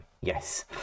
yes